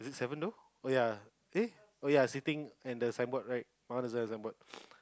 is it seven though oh ya eh oh ya sitting at the signboard right right beside the signboard